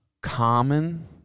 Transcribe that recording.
common